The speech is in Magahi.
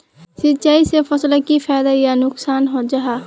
सिंचाई से फसलोक की फायदा या नुकसान जाहा?